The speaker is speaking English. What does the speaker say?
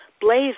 blaze